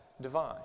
divine